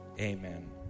amen